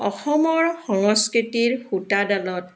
অসমৰ সংস্কৃতিৰ সূতাডালত